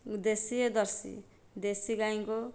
ଦେଶୀ ଓ ଜର୍ସି ଗାଈଙ୍କୁ